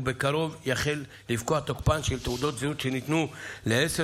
ובקרוב יחל לפקוע תוקפן של תעודות זהות שניתנו לעשר